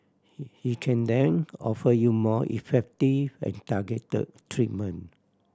he he can then offer you more effective and targeted treatment